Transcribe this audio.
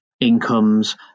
incomes